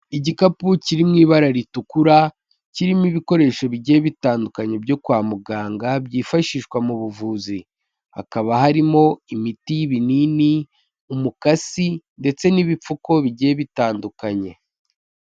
Igikapu kiri mu ibara ritukura kirimo ibikoresho bigiye bitandukanye byo kwa muganga byifashishwa mu buvuzi, hakaba harimo imiti y'ibinini, umukasi ndetse n'ibipfuko bigiye bitandukanye.